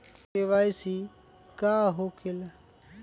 KYC का हो के ला?